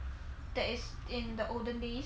that is in the olden days